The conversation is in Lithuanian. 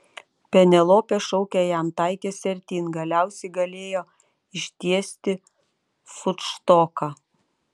penelopė šaukė jam taikėsi artyn galiausiai galėjo ištiesti futštoką